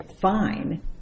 fine